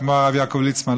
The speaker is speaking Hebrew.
כמו הרב יעקב ליצמן,